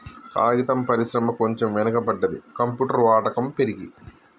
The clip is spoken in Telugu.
కాగితం పరిశ్రమ కొంచెం వెనక పడ్డది, కంప్యూటర్ వాడకం పెరిగి